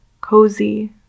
cozy